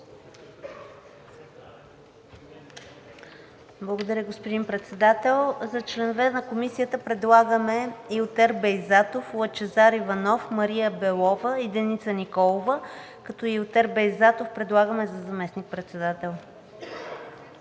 Благодаря, господин Председател. За членове на Комисията предлагаме: Илтер Бейзатов, Лъчезар Иванов, Мария Белова, Деница Николова, като Илтер Бейзатов предлагаме за заместник-председател.